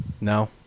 No